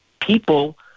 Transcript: people